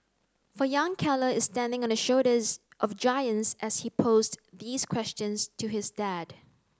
for young Keller is standing on the shoulders of giants as he posed these questions to his dad